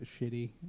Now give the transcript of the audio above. shitty